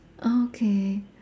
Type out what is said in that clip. okay